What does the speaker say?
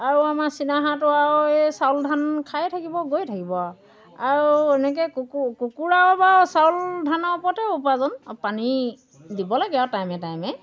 আৰু আমাৰ চিনাহাঁহটো আৰু এই চাউল ধান খায়ে থাকিব গৈয়ে থাকিব আৰু আৰু এনেকৈ কুকুৰাও বাৰু চাউল ধানৰ ওপৰতেই উপাৰ্জন আৰু পানী দিব লাগে আৰু টাইমে টাইমে